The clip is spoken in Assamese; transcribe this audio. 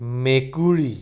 মেকুৰী